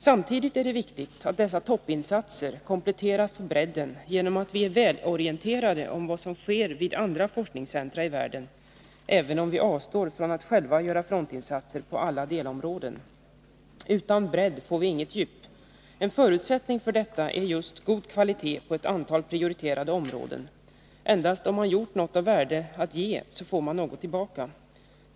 Samtidigt är det viktigt att dessa toppinsatser kompletteras på bredden genom att vi är välorienterade om vad som sker vid andra forskningscentra i världen — även om vi avstår från att själva göra frontinsatser på alla delområden. Utan bredd får vi inget djup. En förutsättning för detta är just god kvalitet på ett antal prioriterade områden. Endast om man har gjort något av värde att ge får man något tillbaka.